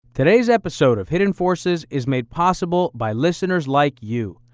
today's episode of hidden forces is made possible by listeners like you.